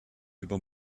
über